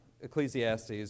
Ecclesiastes